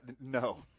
no